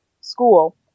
school